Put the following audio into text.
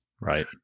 Right